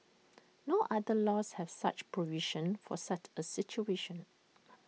no other laws have such provisions for such A situation